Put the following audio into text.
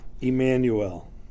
Emmanuel